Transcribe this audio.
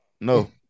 No